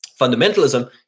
Fundamentalism